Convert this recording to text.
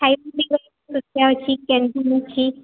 ଖାଇବା ପିଇବାର ସୁବିଧା ଅଛି କ୍ୟାଣ୍ଟିନ୍ ଅଛି